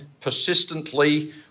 persistently